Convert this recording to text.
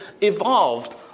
evolved